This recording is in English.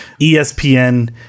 ESPN